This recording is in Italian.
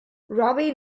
robbie